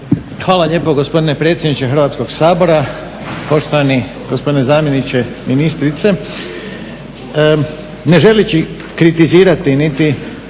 Hvala lijepo gospodine predsjedniče Hrvatskog sabora. Poštovani gospodine zamjeniče ministrice. Ne želeći kritizirati niti